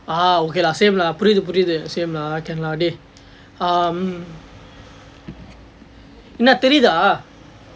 ah okay lah same lah புரியுது புரியுது:puriyuthu puriyuthu same lah can lah dey um என்ன தெரியுதா:enna theriyuthaa